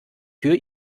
für